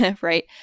Right